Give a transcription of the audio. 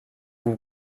vous